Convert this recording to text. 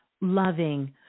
loving